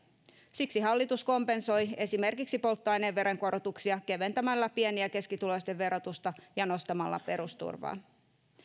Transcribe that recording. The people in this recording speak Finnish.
siksi hallitus kompensoi esimerkiksi polttoaineen veronkorotuksia keventämällä pieni ja keskituloisten verotusta ja nostamalla perusturvaa